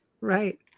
Right